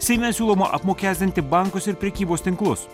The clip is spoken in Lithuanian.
seime siūloma apmokestinti bankus ir prekybos tinklus